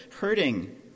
hurting